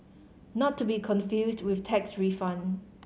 not to be confused with tax refund